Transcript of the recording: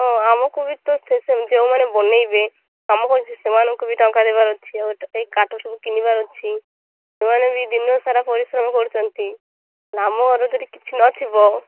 ହଁ ଆମକୁ ବି ତ ଯେଉଁମାନେ ବନେଇବେ କାମ ସେମାନଙ୍କୁ ବି ଟଙ୍କା ଦେବାର ଅଛି ଏଇ କାଠ ସବୁ କିଣିବାର ଅଛି ସେମାନେ ବି ଦିନ ସାରା ପରିଶ୍ରମ କରୁଛନ୍ତି ଯଦି କିଛି ନଥିବ